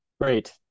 Great